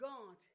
God